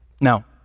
Now